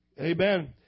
amen